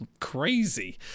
crazy